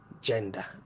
gender